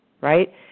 right